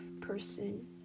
person